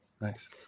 Nice